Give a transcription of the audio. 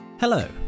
Hello